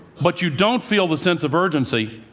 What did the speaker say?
but you don't feel the sense of urgency,